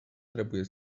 trebuie